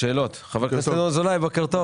חבר הכנסת אזולאי, בוקר טוב.